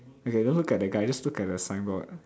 okay don't look at the guy just look at the signboard